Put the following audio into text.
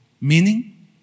Meaning